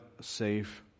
safe